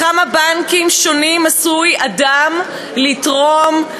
בכמה בנקים שונים עשוי אדם לתרום,